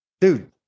Dude